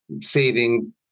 saving